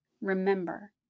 remember